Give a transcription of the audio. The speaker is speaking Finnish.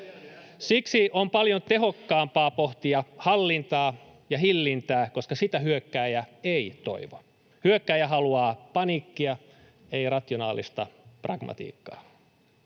Siksi on paljon tehokkaampaa pohtia hallintaa ja hillintää, koska sitä hyökkääjä ei toivo — hyökkääjä haluaa paniikkia, ei rationaalista pragmatiikkaa.